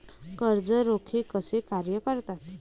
कर्ज रोखे कसे कार्य करतात?